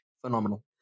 Phenomenal